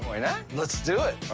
why not? let's do it.